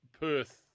Perth